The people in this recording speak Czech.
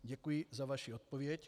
Děkuji za vaši odpověď.